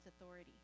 authority